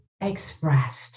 expressed